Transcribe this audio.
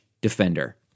Defender